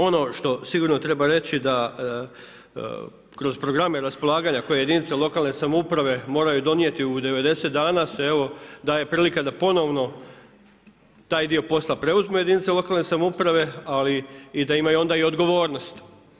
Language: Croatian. Ono što sigurno treba reći da kroz programe raspolaganja koje jedinica lokalne samouprave moraju donijeti u 90 dana se evo daje prilika da ponovno taj dio posla preuzme jedinica lokalne samouprave ali i da ima i onda odgovornost.